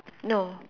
no